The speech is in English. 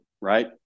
right